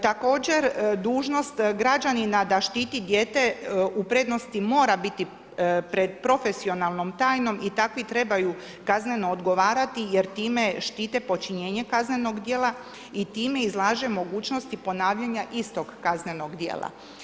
Također, dužnost građanina da štiti dijete u prednosti mora biti pred profesionalnom tajnom i takvi trebaju kazneno odgovarati jer time štite počinjenje kaznenog djela i time izlaže mogućnosti ponavljanja istog kaznenog djela.